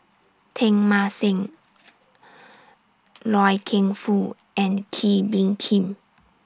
Teng Mah Seng Loy Keng Foo and Kee Bee Khim